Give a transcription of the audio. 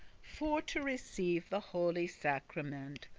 for to receive the holy sacrament,